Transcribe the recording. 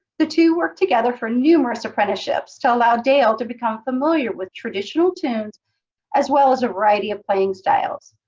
the two worked together for numerous apprenticeships to allow dale to become familiar with traditional tunes as well as a variety of playing styles.